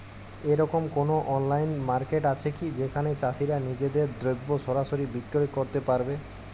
এরকম কোনো online market আছে কি যেখানে চাষীরা নিজেদের দ্রব্য সরাসরি বিক্রয় করতে পারবে?